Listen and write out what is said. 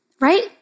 right